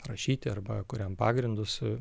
rašyti arba kuriam pagrindus